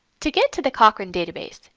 to get to the cochrane database,